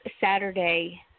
Saturday